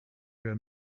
were